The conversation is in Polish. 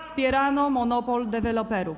Wspierano monopol deweloperów.